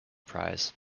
prize